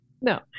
No